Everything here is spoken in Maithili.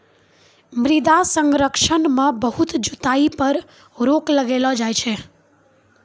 मृदा संरक्षण मे बहुत जुताई पर रोक लगैलो जाय छै